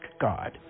God